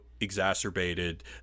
exacerbated